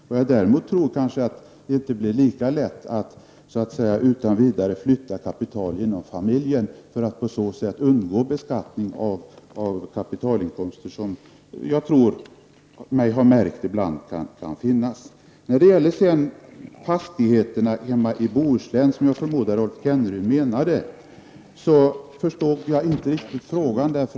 Vad jag däremot tror är att det inte blir lika lätt att utan vidare flytta kapital inom familjen, för att på så sätt undgå beskattning av kapitalinkomster, som jag tycker mig ha märkt ibland kan finnas. Jag förstod inte riktigt frågan om fastigheterna hemma i Bohuslän, som jag förmodar att Rolf Kenneryd menade.